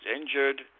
injured